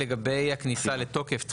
לגבי הכניסה לתוקף.